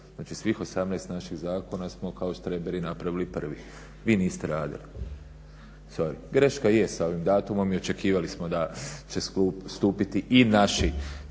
Znači svih 18 naših zakona smo kao štreberi napravili prvi. Vi niste radili. Sorry, greška je sa ovim datumom i očekivali smo da će stupiti i naši